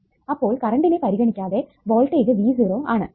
അപ്പോൾ കറണ്ടിനെ പരിഗണിക്കാതെ വോൾടേജ് V0 ആണ്